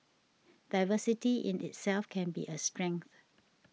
diversity in itself can be a strength